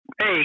Hey